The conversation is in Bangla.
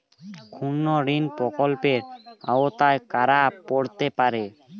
ক্ষুদ্রঋণ প্রকল্পের আওতায় কারা পড়তে পারে?